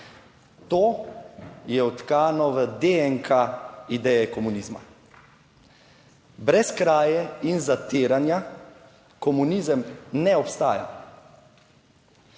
To je vtkano v DNK ideje komunizma brez kraje in zatiranja. Komunizem ne obstaja.